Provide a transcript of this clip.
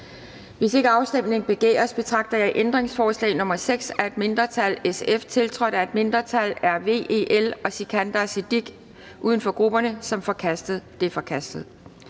Hvis ikke afstemning begæres, betragter jeg ændringsforslag nr. 6 af et mindretal (SF) tiltrådt af et mindretal (RV, EL og Sikandar Siddique (UFG)) som forkastet. Det er forkastet.